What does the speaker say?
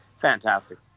fantastic